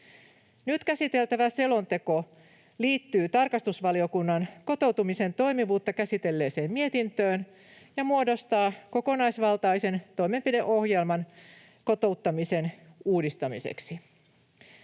Nyt käsiteltävä selonteko liittyy tarkastusvaliokunnan kotoutumisen toimivuutta käsitelleeseen mietintöön ja muodostaa kokonaisvaltaisen toimenpideohjelman kotouttamisen uudistamiseksi.